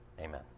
amen